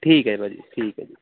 ਠੀਕ ਹੈ ਭਾਅ ਜੀ ਠੀਕ ਹੈ ਜੀ